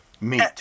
meat